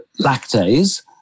lactase